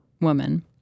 woman